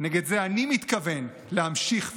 נגד זה אני מתכוון להמשיך ולהיאבק,